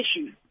issues